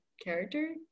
character